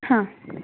ಹಾಂ